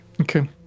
Okay